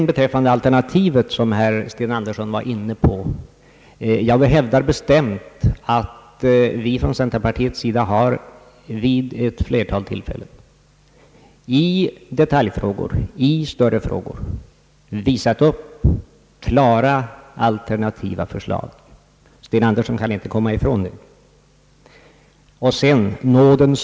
När det gäller det alternativ som herr Sten Andersson efterlyste vill jag be stämt hävda att vi från centerpartiets sida vid ett otal tillfällen i detaljfrågor och i större frågor har visat upp klara alternativa förslag. Herr Sten Andersson kan inte komma ifrån det.